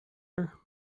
her